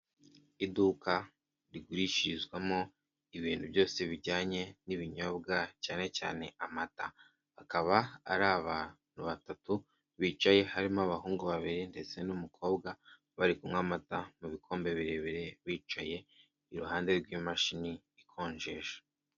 Iduka rigurishirizwamo ibintu byose bijyanye n'ibinyobwa cyane cyane amata, akaba ari abantu batatu bicaye harimo abahungu babiri ndetse n'umukobwa bari kunywa amata mu bikombe birebire bicaye iruhande rw'imashini ikonjesha.